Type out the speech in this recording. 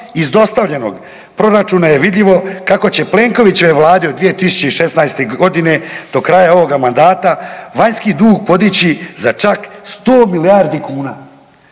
iz dostavljenog proračuna je vidljivo kako će Plenkovićevoj vladi od 2016.g. do kraja ovoga mandata vanjski dug podići za čak 100 milijardi kuna.